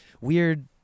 weird